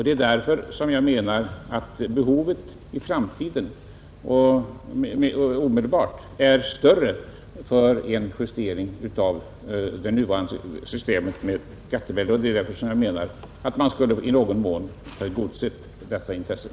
Det är därför jag menar att det omedelbara behovet av en justering av det nuvarande systemet med preliminärskatteuttag är stort, och jag anser att man i någon mån skulle ha tillgodosett dessa intressen.